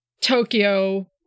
Tokyo